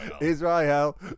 Israel